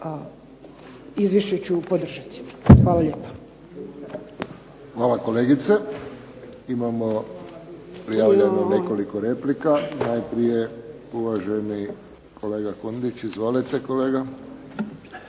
**Friščić, Josip (HSS)** Hvala kolegice. Imamo prijavljeno nekoliko replika. Najprije uvaženi kolega Kundić. Izvolite kolega.